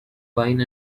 wine